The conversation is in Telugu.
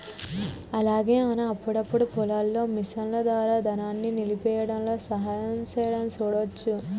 అలాగే మనం అప్పుడప్పుడు పొలాల్లో మిషన్ల ద్వారా ధాన్యాన్ని నలిపేయ్యడంలో సహాయం సేయడం సూడవచ్చు